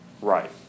Right